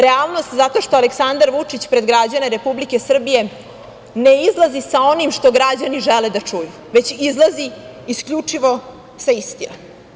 Realnost zato što Aleksandar Vučić pred građane Republike Srbije ne izlazi sa onim što građani žele da čuju, već izlazi isključivo sa istinom.